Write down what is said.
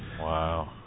Wow